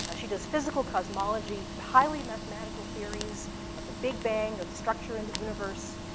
she does physical cosmology, highly mathematical theories of the big bang, of structure in the universe.